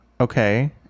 Okay